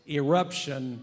eruption